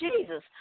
Jesus